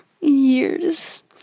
years